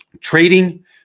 trading